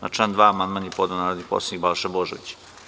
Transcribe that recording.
Na član 2. amandman je podneo narodni poslanik Balša Božović.